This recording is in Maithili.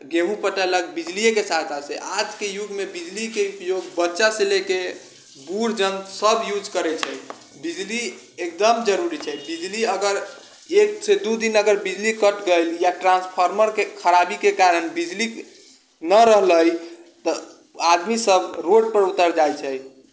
गेहूँ पटेलक बिजलिये के सहायतासँ आजके युगमे बिजलीके उपयोग बच्चासँ लऽ कऽ बूढ़जन सब यूज करै छै बिजली एकदम जरूरी छै बिजली अगर एकसँ दू दिन अगर बिजली कटि गेल या ट्रान्सफार्मरके खराबीके कारण बिजली नहि रहलै तऽ आदमीसब रोडपर उतरि जाइ छै